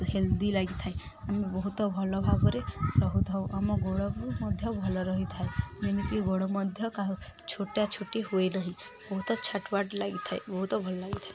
healthy ଲାଗିଥାଏ ଆମେ ବହୁତ ଭଲ ଭାବରେ ରହୁଥାଉ ଆମ ଗୋଡ଼କୁ ମଧ୍ୟ ଭଲ ରହିଥାଏ ଯେମିତିି ଗୋଡ଼ ମଧ୍ୟ କାହା ଛୋଟା ଛୁଟି ହୁଏ ନାହିଁ ବହୁତ ଛାଟ୍ ପାଟ୍ ଲାଗିଥାଏ ବହୁତ ଭଲ ଲାଗିଥାଏ